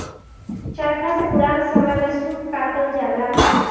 चरखा से पुरान समय में सूत कातल जाला